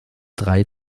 drei